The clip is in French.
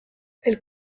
elle